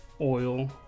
oil